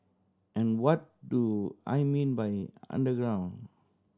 and what do I mean by underground